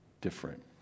different